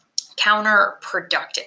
counterproductive